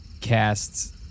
casts